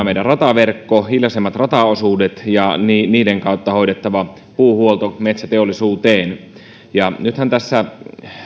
meidän rataverkkomme hiljaisemmat rataosuudet ja niiden kautta hoidettava puuhuolto metsäteollisuuteen nythän tässä